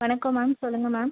வணக்கம் மேம் சொல்லுங்கள் மேம்